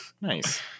Nice